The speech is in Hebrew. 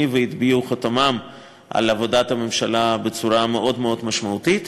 והטביעו חותמם על עבודת הממשלה בצורה מאוד משמעותית,